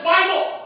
Bible